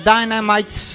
Dynamite